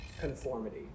conformity